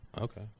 Okay